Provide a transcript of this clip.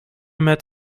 met